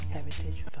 Heritage